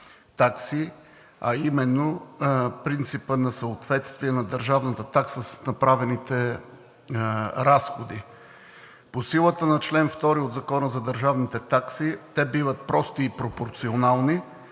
а именно принципът на съответствие на държавната такса с направените разходи. По-силата на чл. 2 от Закона за държавните такси те биват прости и пропорционални.